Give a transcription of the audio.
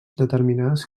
determinades